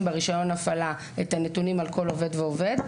ברישיון הפעלה את הנתונים על כל עובד ועובד,